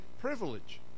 privilege